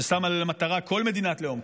ששמה לה למטרה כל מדינת לאום,